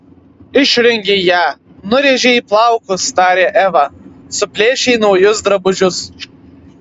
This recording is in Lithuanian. išrengei ją nurėžei plaukus tarė eva suplėšei naujus drabužius